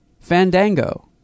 Fandango